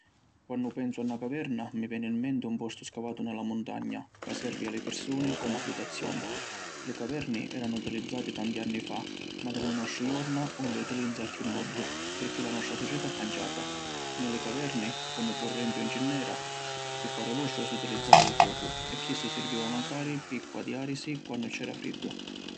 Quannu pensu a na caverna mi veni in menti un postu scavatu ni la muntagna, ca servi a li pirsuni comu abbitazioni. Li caverni eranu utilizzati tanti anni fa ma ni li nostri jorna ‘un li utilizza chiù nuddu pirchì la nostra società è canciata. Ni li caverni, comu currenti ‘un ci n’era, pi fari lustru si utilizzava lu focu e chissu sirviva macari pi quadiarisi quannu c’era friddu.